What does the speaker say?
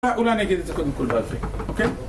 אולי אני אגיד את זה קודם כל בעל פה, אוקיי?